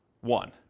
one